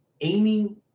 aiming